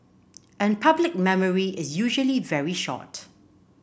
and public memory is usually very short